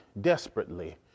desperately